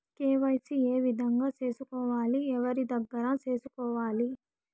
KYC ఏ విధంగా సేసుకోవాలి? ఎవరి దగ్గర సేసుకోవాలి?